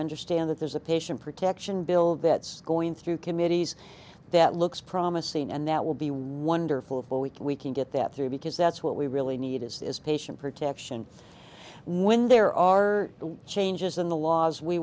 understand that there's a patient protection bill that's going through committees that looks promising and that will be wonderful but we can we can get that through because that's what we really need is this patient protection when there are changes in the laws we